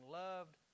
loved